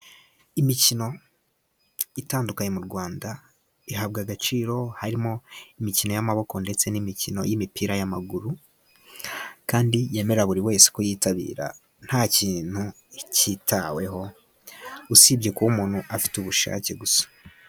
Imikino itandukanye mu Rwanda ,ihabwa agaciro harimo imikino y'amaboko ndetse n'imikino y'imipira y'amaguru ,kandi yemerera buri wese kuyitabira nta kintu kitaweho, usibye kuba umuntu afite ubushake gusa.